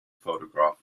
photograph